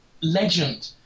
legend